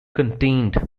contained